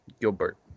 Gilbert